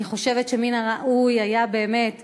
אני חזרתי מהלוויה של מלאכי,